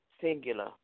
singular